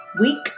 week